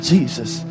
Jesus